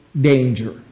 danger